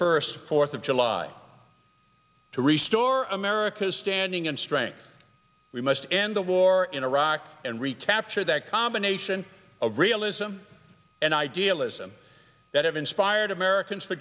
first fourth of july to restore america's standing in strength we must end the war in iraq and recapture that combination of realism and idealism that have inspired americans for